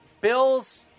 Bills